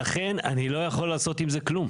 ולכן אני לא יכול לעשות עם זה כלום.